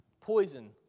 poison